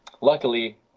luckily